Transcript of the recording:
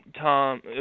Tom